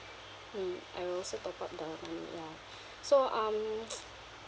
mm I will also top up the mm ya so um